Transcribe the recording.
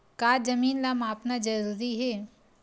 का जमीन ला मापना जरूरी हे?